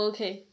Okay